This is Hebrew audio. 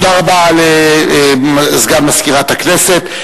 תודה רבה לסגן מזכירת הכנסת.